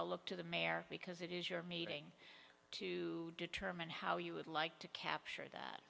i look to the mayor because it is your meeting to determine how you would like to capture that